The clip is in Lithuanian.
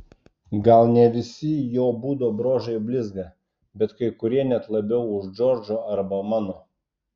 gal ne visi jo būdo bruožai blizga bet kai kurie net labiau už džordžo arba mano